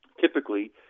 typically